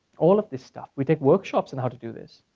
all of this stuff. we take workshops in how to do this.